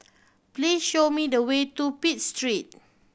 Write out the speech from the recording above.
please show me the way to Pitt Street